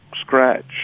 Scratch